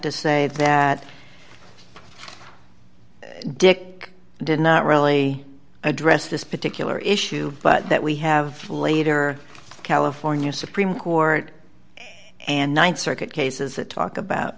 to say that dick did not really address this particular issue but that we have later california supreme court and th circuit cases that talk about